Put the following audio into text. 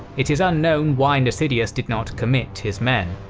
it is unknown why nasidius did not commit his men.